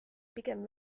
pigem